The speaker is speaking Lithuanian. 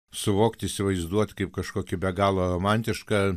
suvokt įsivaizduot kaip kažkokį be galo romantišką